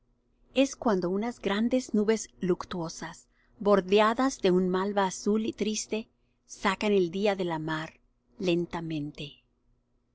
es cuando unas grandes nubes luctuosas bordeadas de un malva azul y triste sacan el día de la mar lentamente